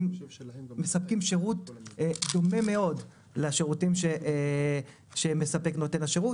ומספקים שירות דומה מאוד לשירותים שמספק נותן השירות.